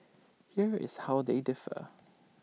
here is how they differ